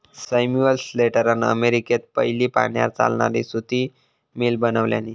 Samuel स्लेटरान अमेरिकेत पयली पाण्यार चालणारी सुती मिल बनवल्यानी